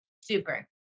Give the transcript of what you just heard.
super